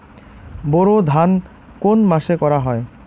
বোরো ধান কোন মাসে করা হয়?